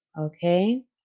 okay